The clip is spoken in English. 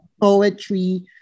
poetry